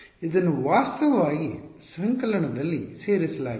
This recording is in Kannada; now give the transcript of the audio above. ಇದನ್ನು ವಾಸ್ತವವಾಗಿ ಸಂಕಲನದಲ್ಲಿ ಸೇರಿಸಲಾಗಿದೆ